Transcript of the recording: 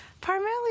Primarily